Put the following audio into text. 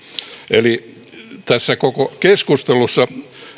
eli tässä koko keskustelussa